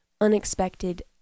unexpected